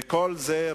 וכל זה,